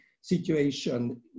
situation